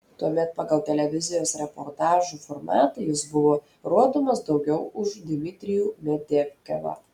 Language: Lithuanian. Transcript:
tuomet pagal televizijos reportažų formatą jis buvo rodomas daugiau už dmitrijų medvedevą